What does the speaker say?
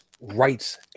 rights